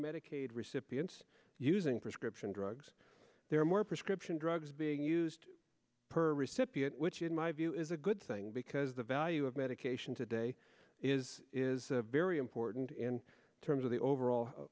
medicaid recipients using prescription drugs there are more prescription drugs being used per recipient which in my view is a good thing because the value of medication today is is very important in terms of the overall